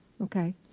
Okay